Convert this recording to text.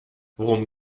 worum